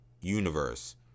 Universe